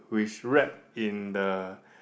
which wrap in the